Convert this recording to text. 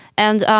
and um